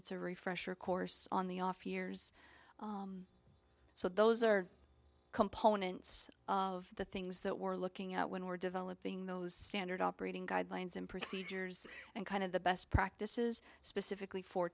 it's a refresher course on the off years so those are components of the things that we're looking at when we're developing those standard operating guidelines and procedures and kind of the best practices specifically for